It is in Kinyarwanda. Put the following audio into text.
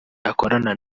akorana